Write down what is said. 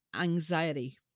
anxiety